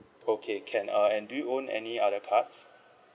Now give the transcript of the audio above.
okay can uh and do you own any other cards